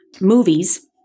movies